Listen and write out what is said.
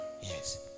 yes